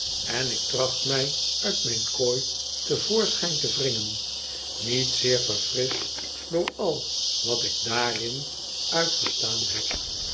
en ik tracht mij uit mijn kooi te voorschijn te wringen niet zeer verfrischt door al wat ik daarin uitgestaan heb